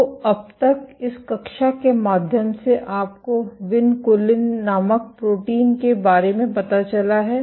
तो अब तक इस कक्षा के माध्यम से आपको विनकुलिन नामक प्रोटीन के बारे में पता चला है